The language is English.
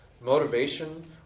motivation